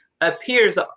appears